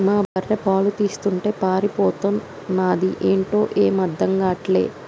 మా బర్రె పాలు తీస్తుంటే పారిపోతన్నాది ఏంటో ఏమీ అర్థం గాటల్లే